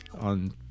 on